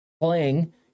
playing